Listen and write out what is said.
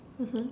mmhmm